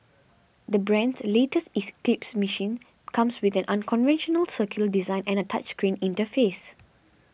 the brand's latest eclipse machine comes with an unconventional circular design and a touch screen interface